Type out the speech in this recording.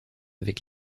avec